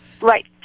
Right